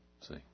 See